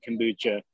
kombucha